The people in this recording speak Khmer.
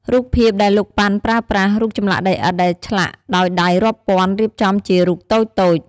រូបភាពដែល លោក ប៉ាន់ ប្រើប្រាស់ រូបចម្លាក់ដីឥដ្ឋដែលឆ្លាក់ដោយដៃរាប់ពាន់ រៀបចំជារូបតូចៗ ។